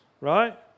right